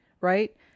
right